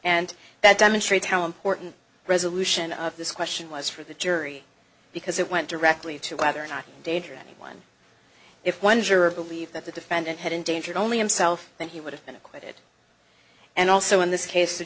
and that demonstrates how important resolution of this question was for the jury because it went directly to whether or not danger any one if one juror believe that the defendant had endangered only himself that he would have been acquitted and also in this case the